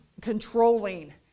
controlling